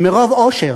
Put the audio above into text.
מרוב אושר.